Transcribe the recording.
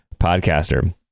podcaster